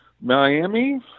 Miami